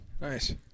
nice